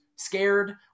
scared